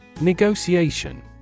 Negotiation